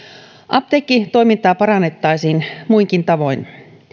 apteekkitoimintaa parannettaisiin muinkin tavoin